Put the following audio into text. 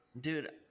Dude